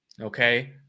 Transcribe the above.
Okay